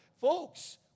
Folks